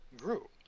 grew